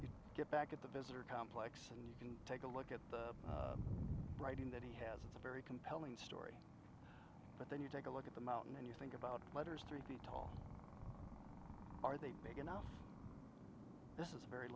to get back at the visitor complex and you can take a look at the writing that he has a very compelling story but then you take a look at the mountain and you think about whether it's three feet tall are they big enough this is a very